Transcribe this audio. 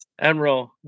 Emerald